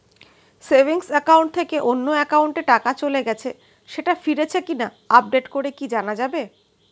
Savings account থেকে অন্য একাউন্টে টাকা চলে গেছে সেটা ফিরেছে কিনা আপডেট করে কি জানা যাবে?